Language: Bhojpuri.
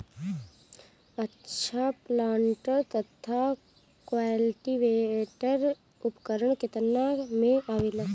अच्छा प्लांटर तथा क्लटीवेटर उपकरण केतना में आवेला?